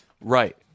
Right